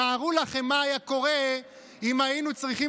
תארו לכם מה היה קורה אם היינו צריכים